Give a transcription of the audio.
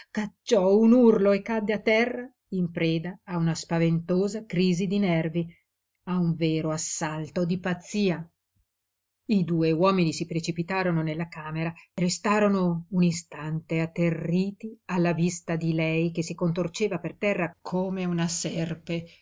cacciò un urlo e cadde a terra in preda a una spaventosa crisi di nervi a un vero assalto di pazzia i due uomini si precipitarono nella camera restarono un istante atterriti alla vista di lei che si contorceva per terra come una serpe